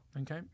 Okay